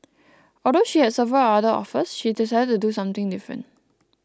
although she has several other offers she decided to do something different